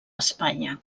espanya